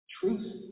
truth